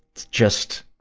it's just,